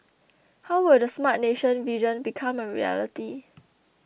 how will the Smart Nation vision become a reality